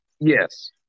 yes